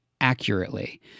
accurately